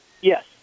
Yes